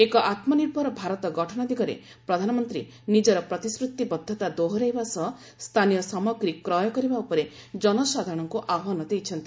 ଏକ ଆତ୍କନିର୍ଭର ଭାରତ ଗଠନ ଦିଗରେ ପ୍ରଧାନମନ୍ତ୍ରୀ ନିଜର ପ୍ରତିଶ୍ରତିବଦ୍ଧତା ଦୋହରାଇବା ସହ ସ୍ଥାନୀୟ ସମାଗ୍ରୀ କ୍ରୟ କରିବା ଉପରେ ଜନସାଧାରଣଙ୍କୁ ଆହ୍ୱାନ ଦେଇଛନ୍ତି